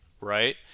right